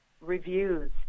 reviews